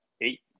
eight